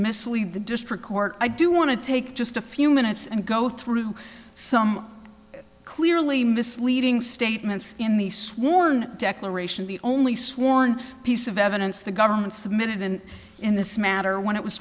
mislead the district court i do want to take just a few minutes and go through some clearly misleading statements in the sworn declaration the only sworn piece of evidence the government submitted and in this matter when it was